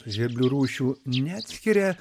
žvirblių rūšių neatskiria